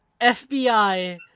FBI